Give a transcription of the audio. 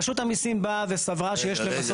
רשות המיסים באה וסברה שיש למסות --- רגע,